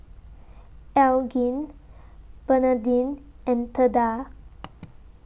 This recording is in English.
Elgin Bernadine and Theda